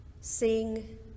sing